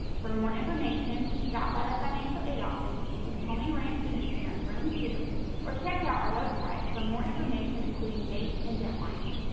for more information stop by the financial aid office in tony rand student center room two or checkout our website for more information including dates and deadlines.